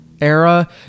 era